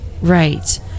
Right